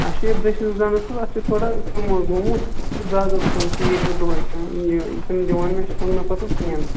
اَسہِ چھُ دٔچھنِس دَنٛدَس حظ اَتھ چھِ تھوڑا کیوٚم حظ لوٚگمُت اَتھ چھِ دَگ حظ پین مےٚ دوٚہَے کَران یہِ چھِنہٕ دِوان مےٚ شوٚنٛگہٕ پَتہٕ کینٛہہ